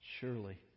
surely